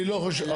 אני לא חושב.